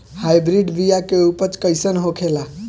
Hybrid बीया के उपज कैसन होखे ला?